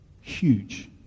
huge